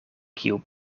kiu